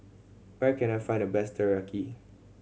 where can I find the best Teriyaki